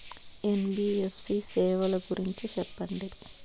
NBFC సేవల గురించి సెప్పండి?